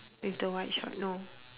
with the white short no